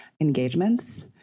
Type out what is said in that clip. engagements